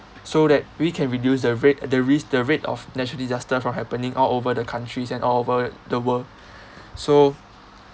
so that we can reduce the rate the risk the rate of natural disaster from happening all over the countries and all over the world so